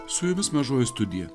su jumis mažoji studija